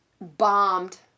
bombed